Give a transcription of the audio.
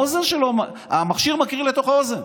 האוזן, המכשיר מקרין לתוך האוזן.